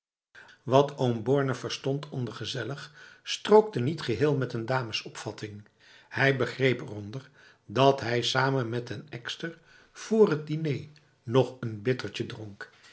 wat oom borne verstond onder gezellig strookte niet geheel met een damesopvatting hij begreep eronder dat hij samen met den ekster vr het diner nog een bittertje dronk